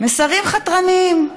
מסרים חתרניים,